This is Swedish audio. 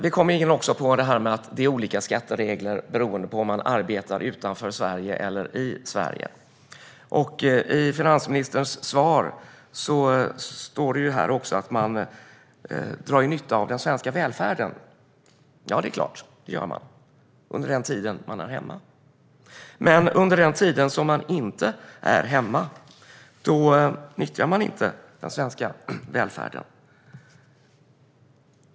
Skattereglerna är alltså olika beroende på om man arbetar utanför Sverige eller i Sverige. I finansministerns svar står det att man drar nytta av den svenska välfärden. Det gör man förstås, under den tid man är hemma. Men under den tid som man inte är hemma nyttjar man inte den svenska välfärden.